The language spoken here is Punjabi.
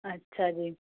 ਅੱਛਾ ਜੀ